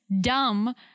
dumb